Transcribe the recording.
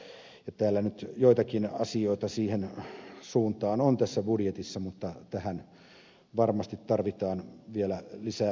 täällä nyt joitakin asioita siihen suuntaan on tässä budjetissa mutta tähän varmasti tarvitaan vielä lisää panoksia